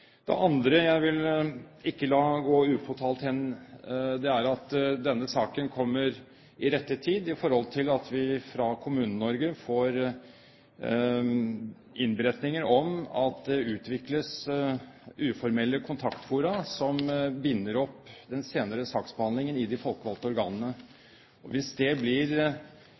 Det andre jeg ikke vil la gå upåtalt hen, er at denne saken kommer i rett tid i og med at vi fra Kommune-Norge får innberetninger om at det utvikles uformelle kontaktfora som binder opp den senere saksbehandlingen i de folkevalgte organene. Hvis det blir